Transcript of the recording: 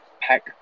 pack